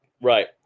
Right